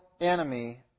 enemy